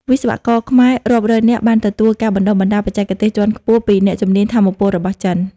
វិស្វករខ្មែររាប់រយនាក់បានទទួលការបណ្ដុះបណ្ដាលបច្ចេកទេសជាន់ខ្ពស់ពីអ្នកជំនាញថាមពលរបស់ចិន។